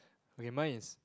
okay mine is